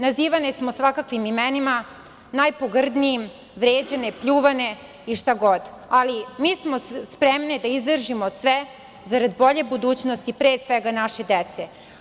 Nazivani smo svakakvim imenima, najpogrdnijim vređane, pljuvane i šta god ali mi smo spremne da izdržimo sve za rad bolje budućnosti pre svega naše dece.